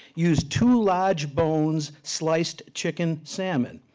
use two large bones, sliced chicken, salmon.